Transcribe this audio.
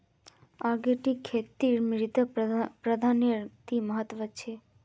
organic खेतीत मृदा प्रबंधनेर कि महत्व छे